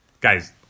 guys